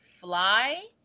fly